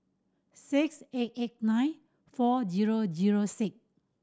six eight eight nine four zero zero six